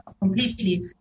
completely